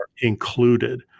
included